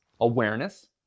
awareness